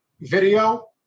video